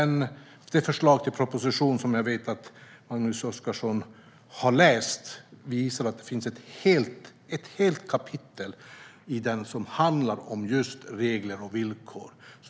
I det förslag till proposition som jag vet att Magnus Oscarsson har läst finns ett helt kapitel om regler och villkor.